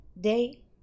day